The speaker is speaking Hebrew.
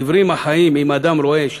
עיוורים החיים עם אדם רואה,